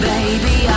Baby